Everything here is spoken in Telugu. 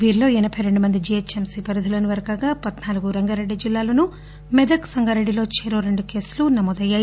వీరిలో ఎనబై రెండు మంది జీహెచ్ఎంసీ పరిధిలోని వారు కాగా పద్నాలుగు రంగారెడ్డి జిల్లాలోనూ మెదక్ సంగారెడ్లిలో చెరో రెండు కేసులు నమోదయ్యాయి